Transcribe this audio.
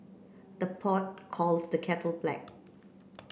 the pot calls the kettle black